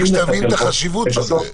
צריך להבין שהמליאות שלנו מתקיימות אחת לחודש,